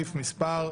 סעיף נוסף: